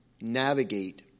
navigate